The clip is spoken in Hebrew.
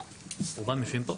רום יושבים פה,